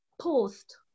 post